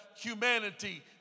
humanity